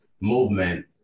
movement